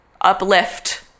uplift